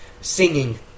singing